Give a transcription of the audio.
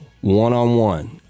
one-on-one